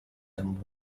them